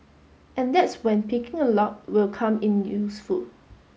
and that's when picking a lock will come in useful